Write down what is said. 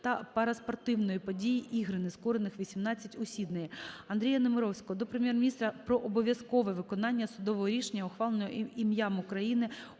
Дякую